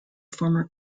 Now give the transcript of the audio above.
former